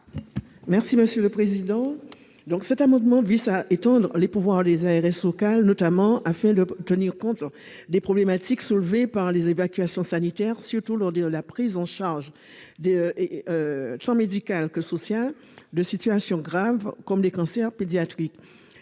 Mme Victoire Jasmin. Cet amendement vise à étendre les pouvoirs des ARS locales, afin, notamment, de tenir compte des problématiques soulevées par les évacuations sanitaires, surtout lors de la prise en charge, tant médicale que sociale, de situations graves, comme les cancers pédiatriques.